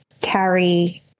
carry